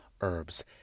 herbs